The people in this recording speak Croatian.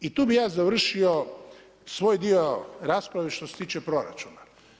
I tu bi ja završio svoj dio rasprave što se tiče proračuna.